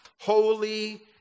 holy